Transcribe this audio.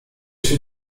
się